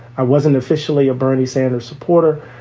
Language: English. i wasn't officially a bernie sanders supporter.